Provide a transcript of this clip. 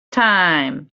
time